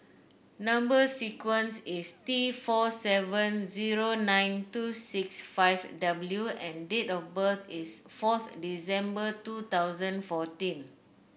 number sequence is T four seven zero nine two six five W and date of birth is forth December two thousand fourteen